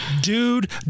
dude